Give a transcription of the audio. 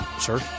Sure